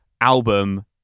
album